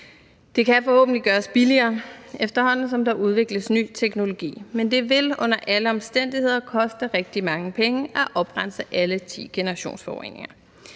Det kan forhåbentlig gøres billigere, efterhånden som der udvikles ny teknologi, men det vil under alle omstændigheder koste rigtig mange penge at oprense alle 10 generationsforureninger.